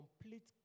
Complete